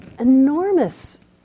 enormous